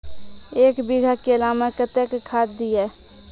एक बीघा केला मैं कत्तेक खाद दिये?